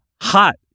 hot